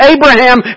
Abraham